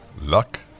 luck